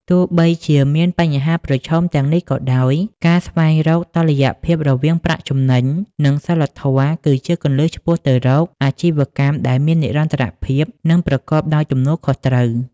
ទោះបីជាមានបញ្ហាប្រឈមទាំងនេះក៏ដោយ ការស្វែងរកតុល្យភាពរវាងប្រាក់ចំណេញ និងសីលធម៌គឺជាគន្លឹះឆ្ពោះទៅរកអាជីវកម្មដែលមាននិរន្តរភាព និងប្រកបដោយទំនួលខុសត្រូវ។